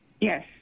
Yes